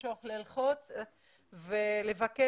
ואני באמת חי את המצב הזה.